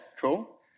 Cool